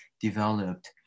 developed